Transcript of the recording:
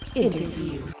interview